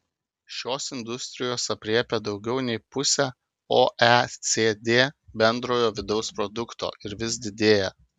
šios industrijos aprėpia daugiau nei pusę oecd bendrojo vidaus produkto ir vis didėja